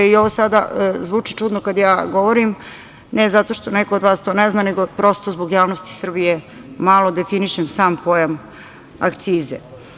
I ovo sada zvuči čudno kada ja govorim, ne zato što neko od vas to ne zna, nego prosto zbog javnosti Srbije malo definišem sam pojam akcize.